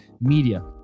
media